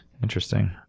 Interesting